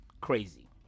crazy